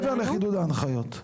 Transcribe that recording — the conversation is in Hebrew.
מעבר לחידוד ההנחיות.